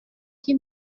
qui